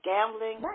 Gambling